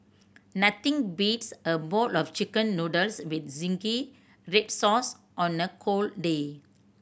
nothing beats a bowl of Chicken Noodles with zingy red sauce on a cold day